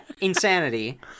insanity